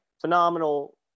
phenomenal